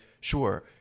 sure